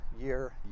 year